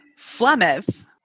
Flemeth